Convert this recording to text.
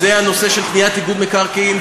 זה הנושא של קניית איגוד מקרקעין,